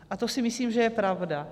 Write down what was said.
A to si myslím, že je pravda.